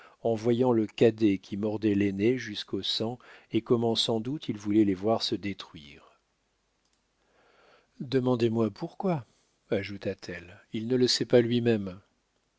en voyant le cadet qui mordait l'aîné jusqu'au sang et comment sans doute il voulait les voir se détruire demandez-moi pourquoi ajouta-t-elle il ne le sait pas lui-même